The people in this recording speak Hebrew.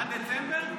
עד דצמבר?